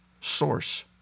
source